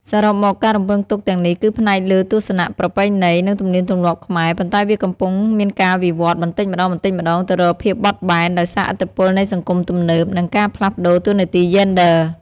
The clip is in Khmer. សរុបមក ការរំពឹងទុកទាំងនេះគឺផ្អែកលើទស្សនៈប្រពៃណី និងទំនៀមទម្លាប់ខ្មែរ ប៉ុន្តែវាកំពុងមានការវិវត្តបន្តិចម្តងៗទៅរកភាពបត់បែន ដោយសារឥទ្ធិពលនៃសង្គមទំនើប និងការផ្លាស់ប្តូរតួនាទីយេនឌ័រ។